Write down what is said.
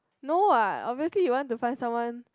no lah obviously you want to find someone